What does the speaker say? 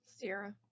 Sarah